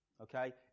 okay